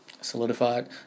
Solidified